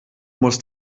muss